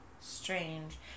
Strange